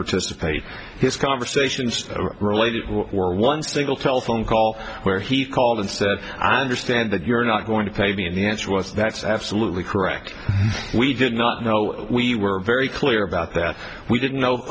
participate his conversations related what were once they will telephone call where he called and said i understand that you're not going to pay me and the answer was that's absolutely correct we did not know we were very clear about that we didn't know